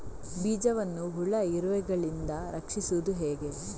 ಬೀಜವನ್ನು ಹುಳ, ಇರುವೆಗಳಿಂದ ರಕ್ಷಿಸುವುದು ಹೇಗೆ?